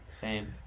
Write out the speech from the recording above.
Fame